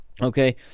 okay